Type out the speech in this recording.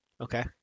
Okay